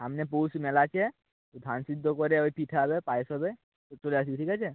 সামনে পৌষ মেলা আছে ওই ধান সেদ্ধ করে ওই পিঠে হবে পায়েস হবে তো চলে আসিস ঠিক আছে